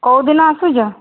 କୋଉ ଦିନ ଆସୁଛ